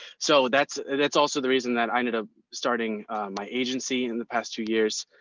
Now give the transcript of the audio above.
so that's, that's also the reason that i ended up starting my agency in the past two years.